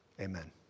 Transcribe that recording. Amen